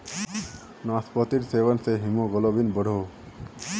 नास्पातिर सेवन से हीमोग्लोबिन बढ़ोह